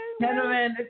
Gentlemen